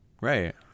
Right